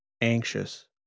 anxious